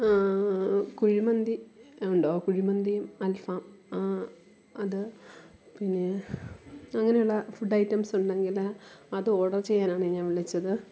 കുഴിമന്തി ഉണ്ടോ കുഴിമന്തിയും അൽഫാം അത് പിന്നേ അങ്ങനെ ഉള്ള ഫുഡ് ഐറ്റംസ് ഉണ്ടെങ്കിൽ അത് ഓർഡർ ചെയ്യാനാണ് ഞാൻ വിളിച്ചത്